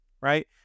right